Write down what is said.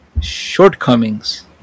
Shortcomings